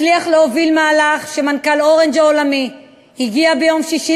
הצליח להוביל מהלך שמנכ"ל "אורנג'" העולמית הגיע ביום שישי